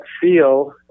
feel